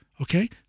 Okay